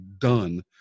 done